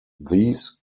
these